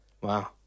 Wow